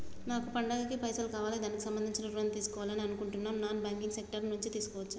నాకు పండగ కి పైసలు కావాలి దానికి సంబంధించి ఋణం తీసుకోవాలని అనుకుంటున్నం నాన్ బ్యాంకింగ్ సెక్టార్ నుంచి తీసుకోవచ్చా?